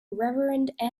reverend